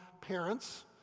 parents